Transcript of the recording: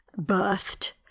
birthed